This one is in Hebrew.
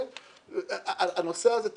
הנושא הזה,